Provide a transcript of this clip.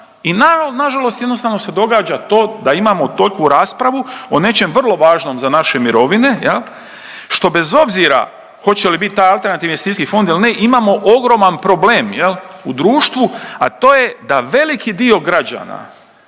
i nažalost jednostavno se događa to da imamo tolku raspravu o nečem vrlo važnom za naše mirovine što bez obzira hoće li biti taj alternativni investicijski fond il ne imamo ogroman problem u društvu, a to je da veliki dio građana,